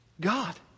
God